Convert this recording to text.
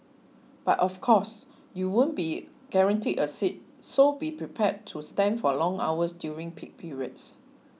but of course you won't be guaranteed a seat so be prepared to stand for long hours during peak periods